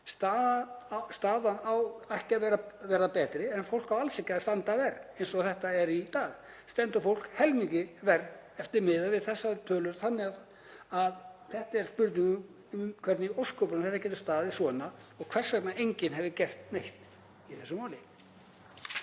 Staðan á ekki að vera betri en fólk á alls ekki að standa verr en eins og þetta er í dag stendur fólk helmingi verr eftir miðað við þessar tölur þannig að þetta er spurning um hvernig í ósköpunum þetta getur staðið svona og hvers vegna enginn hefur gert neitt í þessum málum.